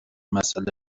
مساله